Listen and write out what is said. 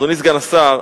אדוני סגן השר,